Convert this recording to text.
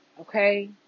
okay